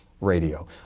radio